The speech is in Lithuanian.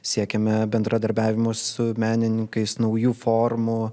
siekiame bendradarbiavimo su menininkais naujų formų